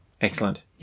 Excellent